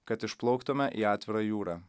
kad išplauktume į atvirą jūrą